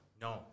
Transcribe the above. No